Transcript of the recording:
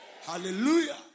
Hallelujah